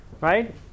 Right